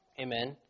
Amen